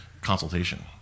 consultation